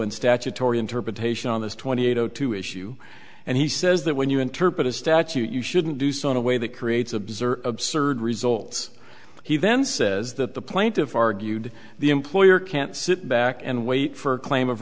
in statutory interpretation on this twenty eight o two issue and he says that when you interpret a statute you shouldn't do so in a way that creates observer absurd results he then says that the plaintiff argued the employer can't sit back and wait for a claim of